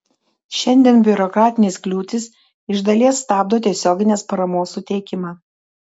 šiandien biurokratinės kliūtys iš dalies stabdo tiesioginės paramos suteikimą